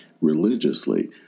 religiously